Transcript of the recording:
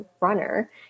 runner